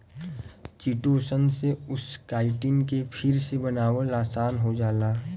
chitosan से उस chitin के फिर से बनावल आसान हो जाला